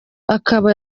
akaba